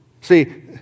See